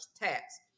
tax